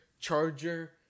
Charger